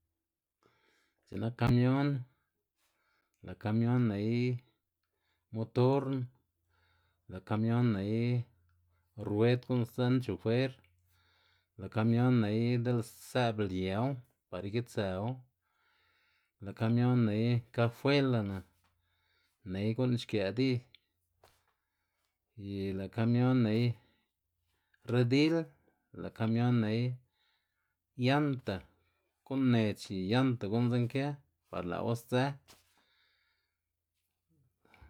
X̱i'k nak kamion, lë' kamion ney motorn, lë' kamion ney rued gu'n sdzen chofer, lë' kamion ney di'l së'b liëw par ikitsëwu, lë' kamion ney kajuelana, ney gu'n xkë' di y lë' kamion ney redil, lë' kamion ney yanta gu'n nec̲h̲ y yanta gu'n zinkë par lë'wu sdzë.